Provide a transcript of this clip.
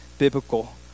biblical